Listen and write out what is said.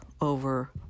over